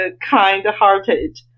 kind-hearted